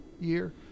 year